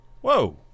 Whoa